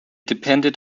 depended